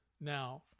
Now